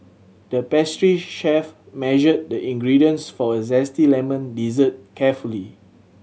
the pastry chef measured the ingredients for a zesty lemon dessert carefully